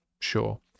sure